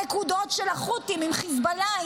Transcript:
הנקודות של החות'ים עם חיזבאללה,